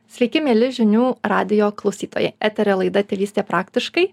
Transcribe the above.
sveiki mieli žinių radijo klausytojai etery laida tėvystė praktiškai